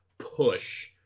push